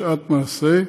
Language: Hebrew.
בשעת מעשה,